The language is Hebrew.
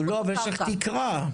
אבל יש תקרה.